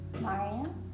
Mario